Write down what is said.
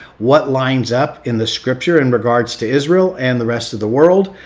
what lines up in the scripture in regards to israel and the rest of the world?